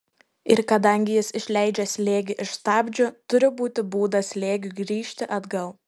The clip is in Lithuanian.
ir kadangi jis išleidžia slėgį iš stabdžių turi būti būdas slėgiui grįžti atgal